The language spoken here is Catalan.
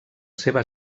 seva